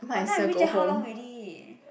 by the time I reach there how long already